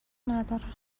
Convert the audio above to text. ندارم